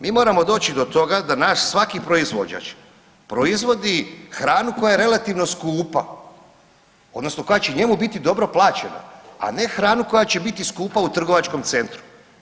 Mi moramo doći do toga da naš svaki proizvođač proizvodi hranu koja je relativno skupa odnosno koja će njemu biti dobro plaćena, a ne hranu koja će biti skupa u trgovačkom centru.